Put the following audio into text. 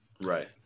Right